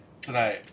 tonight